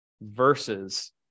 versus